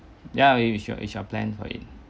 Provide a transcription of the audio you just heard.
ya you should you should plan for it